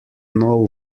know